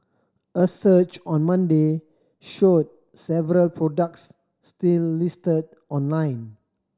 a search on Monday showed several products still listed online